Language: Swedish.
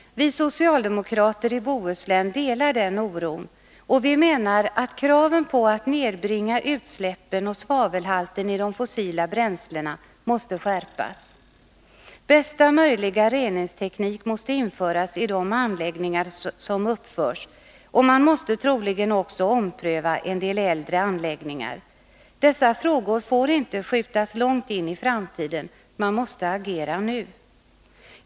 Vi socialdemokrater i Bohuslän delar den oron, och vi menar att kraven på att nedbringa utsläppen och svavelhalten i de fossila bränslena måste skärpas. Bästa möjliga reningsteknik måste införas i de anläggningar som uppförs, och man måste troligen också ompröva en del äldre anläggningar. Dessa frågor får inte skjutas långt in i framtiden. Man måste agera nu.